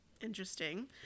Interesting